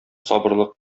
сабырлык